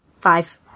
Five